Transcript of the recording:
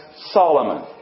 Solomon